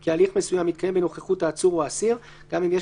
כי הליך מסוים יתקיים בנוכחות העצור או האסיר גם אם יש